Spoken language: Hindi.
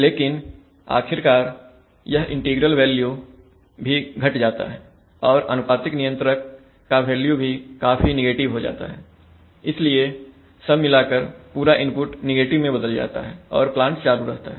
लेकिन आखिरकार यह इंटीग्रल वैल्यू भी घट जाता है और अनुपातिक नियंत्रक का वैल्यू भी काफी निगेटिव हो जाता हैइसलिए सब मिलाकर पूरा इनपुट निगेटिव में बदल जाता है और प्लांट चालू रहता है